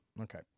okay